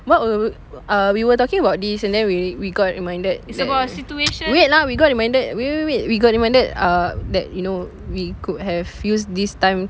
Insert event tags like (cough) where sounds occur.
what were uh we were talking about this and then we we got reminded that (laughs) wait lah we got reminded wait wait wait we got reminded uh that you know we could have used this time